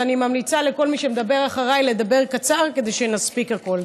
אז אני ממליצה לכל מי שמדבר אחריי לדבר קצר כדי שנספיק הכול.